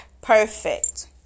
perfect